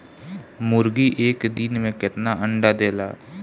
मुर्गी एक दिन मे कितना अंडा देला?